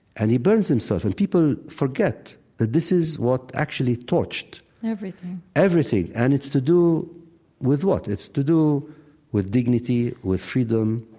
and he burns himself and people forget that this is what actually torched everything everything and it's to do with what? it's to do with dignity, dignity, with freedom,